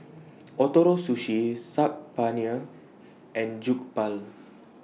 Ootoro Sushi Saag Paneer and Jokbal